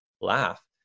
laugh